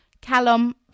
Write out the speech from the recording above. Callum